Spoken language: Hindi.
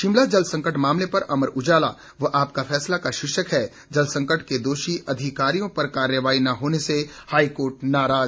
शिमला जल संकट मामले पर अमर उजाला व आपका फैसला का शीर्षक है जलसंकट के दोषी अधिकारियों पर कार्रवाई न होने से हाईकोर्ट नाराज